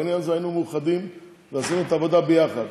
בעניין הזה היינו מאוחדים ועשינו את העבודה ביחד,